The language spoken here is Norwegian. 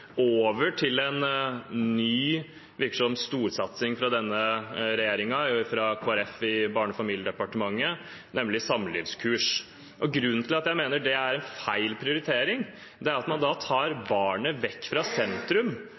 over til det som virker som en ny storsatsing fra denne regjeringen ved Kristelig Folkeparti i Barne- og familiedepartementet, nemlig samlivskurs. Grunnen til at jeg mener det er en feil prioritering, er at man da tar barnet vekk fra sentrum